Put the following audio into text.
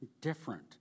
different